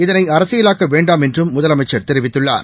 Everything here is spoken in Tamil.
இதனை அரசியலாக்க வேண்டாம் என்றும் முதலமைச்சர் தெரிவித்துள்ளார்